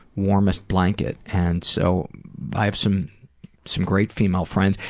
warmest blanket. and so i have some some great female friends.